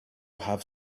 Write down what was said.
have